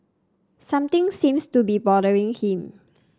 something seems to be bothering him